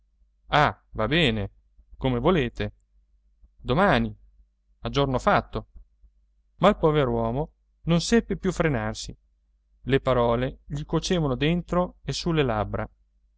ah va bene come volete domani a giorno fatto ma il pover'uomo non seppe più frenarsi le parole gli cuocevano dentro e sulle labbra